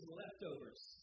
leftovers